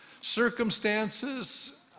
Circumstances